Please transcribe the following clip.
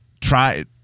try